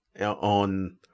on